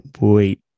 wait